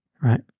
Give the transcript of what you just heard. Right